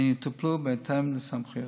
הן יטופלו בהתאם לסמכויותיו.